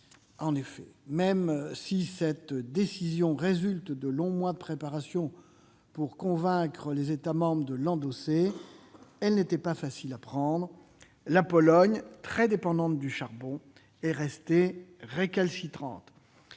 de Paris. Même si cette décision résulte de longs mois de préparation pour convaincre les États membres de l'endosser, elle n'était pas facile à prendre. La Pologne, très dépendante du charbon, est restée récalcitrante,